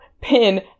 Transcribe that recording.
pin